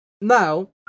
Now